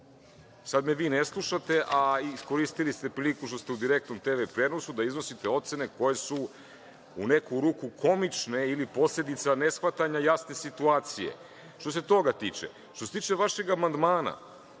me vi ne slušate, a iskoristili ste priliku što ste u direktnom TV prenosu da iznosite ocene koje su u neku ruku komične ili posledice neshvatanja jasne situacije. Što se toga tiče. Što se tiče vašeg amandmana,